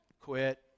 Quit